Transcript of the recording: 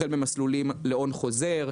החל ממסלולים להון חוזר,